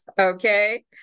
Okay